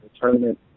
tournament